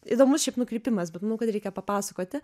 įdomus šiaip nukrypimas bet manau kad reikia papasakoti